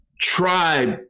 tribe